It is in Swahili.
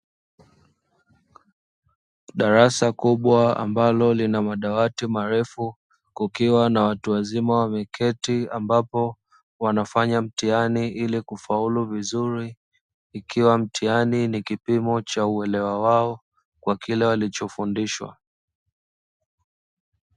Darasa kubwa ambalo lina madawati marefu kukiwa na watu wazima wameketi ambapo wanafanya mtihani ili kufaulu vizuri ikiwa mtihani ni kipimo cha uelewa wao kwa kila walichofundishwa.